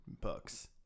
books